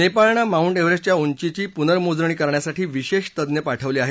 नेपाळनं Mount एव्हरेस्टच्या उंचीची पुर्नमोजणी करण्यासाठी विशेष तज्ञ पाठवले आहेत